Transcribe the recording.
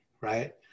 right